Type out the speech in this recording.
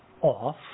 off